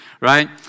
right